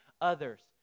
others